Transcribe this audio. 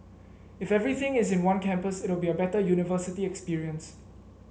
if everything is in one campus it'll be a better university experience